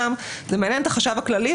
זה מעניין את החשב הכללי,